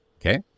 Okay